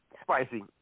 Spicy